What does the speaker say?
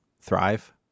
thrive